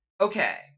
Okay